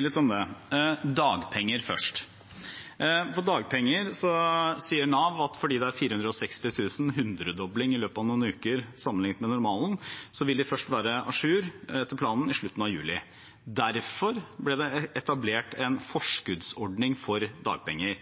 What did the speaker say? litt om det. Først til dagpenger: Om dagpenger sier Nav at fordi det er 460 000 – en hundredobling i løpet av noen uker, sammenliknet med normalen – vil de først være à jour etter planen i slutten av juli. Derfor ble det etablert en forskuddsordning for dagpenger.